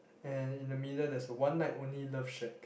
and in the middle there's a one night only love shack